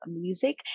Music